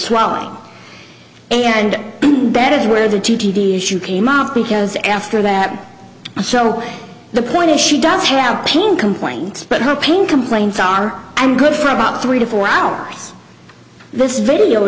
swelling and that is where the two t d s you came out because after that show the point is she does have pain complaints but her pain complaints are good for about three to four hours this video